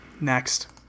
Next